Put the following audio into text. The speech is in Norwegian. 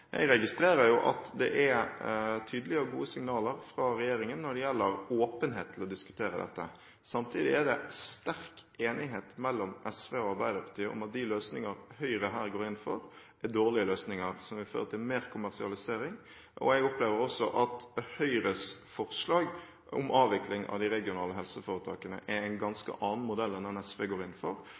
Jeg registrerer at det er tydelige og gode signaler fra regjeringen når det gjelder åpenhet for å diskutere dette. Samtidig er det sterk enighet mellom SV og Arbeiderpartiet om at løsningene Høyre her går inn for, er dårlige løsninger, som vil føre til mer kommersialisering. Jeg opplever også at Høyres forslag om avvikling av de regionale helseforetakene, er en ganske annen modell enn den SV går inn for,